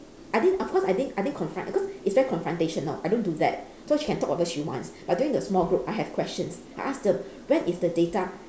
I think of course I didn't I didn't confront cause it's very confrontational I don't do that so she can talk whatever she wants but during the small group I have questions I ask them when is the data